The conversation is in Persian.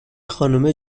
خانومه